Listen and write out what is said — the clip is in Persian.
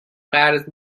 قرض